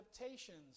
adaptations